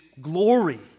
glory